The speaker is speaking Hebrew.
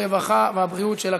הרווחה והבריאות של הכנסת.